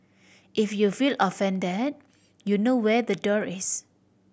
if you feel offended you know where the door is